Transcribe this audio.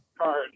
card